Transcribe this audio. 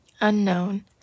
unknown